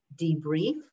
debrief